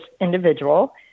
individual